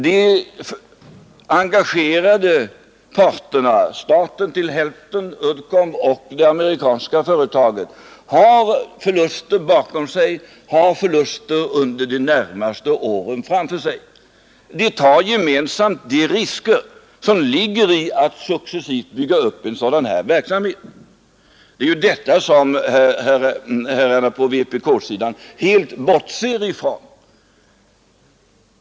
De engagerade parterna, staten till hälften, Uddeholm och det amerikanska företaget, har förluster bakom sig, har förluster under de närmaste åren framför sig. De tar gemensamt de risker som ligger i att successivt bygga upp en sådan här verksamhet. Det är ju detta som herrarna på vpk-sidan helt bortser ifrån.